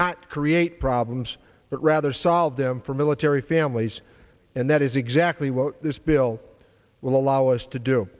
not create problems but rather solve them for military families and that is exactly what this bill will allow us to do